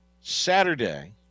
Saturday